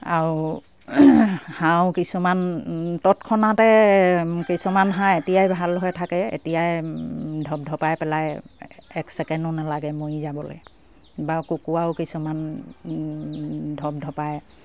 আও হাঁহ কিছুমান তৎক্ষণাতে কিছুমান হাঁহ এতিয়াই ভাল হৈ থাকে এতিয়াই ধপ ধপাই পেলাই এক ছেকেণ্ডো নেলাগে মৰি যাবলে বা কুকৰাও কিছুমান ধপ ধপাই